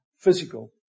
physical